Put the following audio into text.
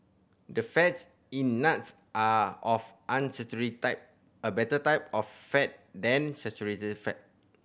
the fats in nuts are of unsaturated type a better type of fat than saturated fat